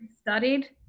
studied